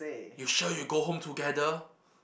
you sure you go home together